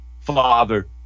Father